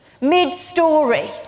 mid-story